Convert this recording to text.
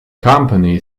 company